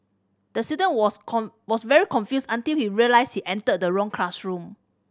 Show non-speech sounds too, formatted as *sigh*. the student was *unintelligible* very confused until he realised he entered the wrong classroom